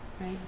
right